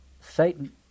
Satan